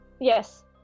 Yes